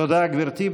תודה, גברתי.